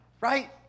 right